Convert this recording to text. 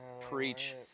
Preach